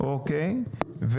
אוקיי.